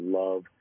love